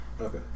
Okay